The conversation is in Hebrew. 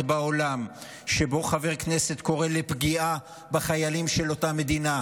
פרלמנט בעולם שבו חבר כנסת קורא לפגיעה בחיילים של אותה מדינה.